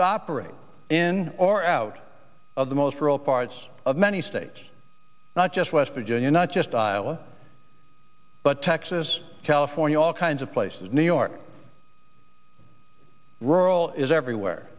to operate in or out of the most rural parts of many states not just west virginia not just iowa but texas california all kinds of places new york rural is everywhere